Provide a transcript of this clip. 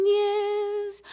years